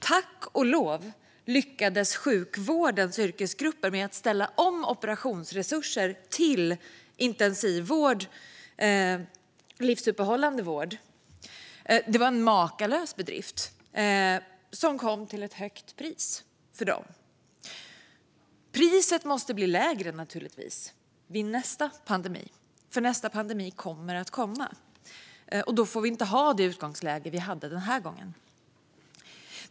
Tack och lov lyckades sjukvårdens yrkesgrupper med att ställa om operationsresurser till intensivvård och livsuppehållande vård. Det var en makalös bedrift, som kom till ett högt pris. Priset måste naturligtvis bli lägre vid nästa pandemi. För nästa pandemi kommer, och då får utgångsläget inte vara detsamma som denna gång.